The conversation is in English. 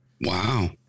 Wow